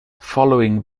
following